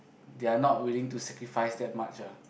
they're not willing to sacrifice that much ah